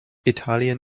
italien